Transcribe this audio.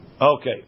Okay